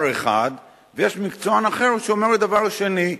אחד ויש מקצוען אחר שאומר דבר שני.